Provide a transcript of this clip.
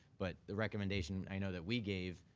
but, the recommendation i know that we gave,